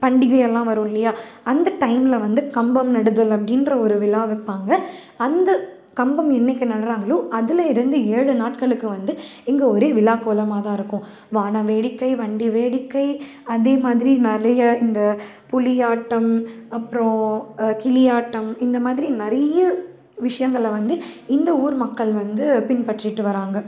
பண்டிகை எல்லாம் வரும் இல்லையா அந்த டைமில் வந்து கம்பம் நடுதல் அப்படின்ற ஒரு விழா வைப்பாங்க அந்த கம்பம் என்னைக்கு நடுகிறாங்களோ அதுலேருந்து ஏழு நாட்களுக்கு வந்து இங்கே ஒரே விழாக்கோலமாக தான் இருக்கும் வாணவேடிக்கை வண்டி வேடிக்கை அதேமாதிரி நிறையா இந்த புலியாட்டம் அப்றம் கிளியாட்டம் இந்தமாதிரி நிறைய விஷயங்களை வந்து இந்த ஊர்மக்கள் வந்து பின்பற்றிகிட்டு வர்றாங்க